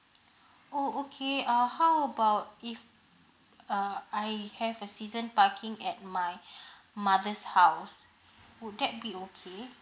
oh okay uh how about if uh I have a season parking at my mother's house would that be okay